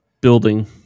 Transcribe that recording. building